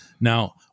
Now